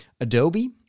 Adobe